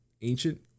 ancient